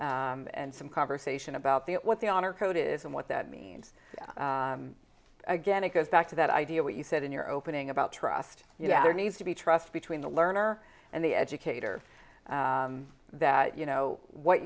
and some conversation about the what the honor code is and what that means again it goes back to that idea what you said in your opening about trust you know there needs to be trust between the learner and the educator that you know what